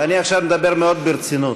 אני עכשיו מדבר מאוד ברצינות.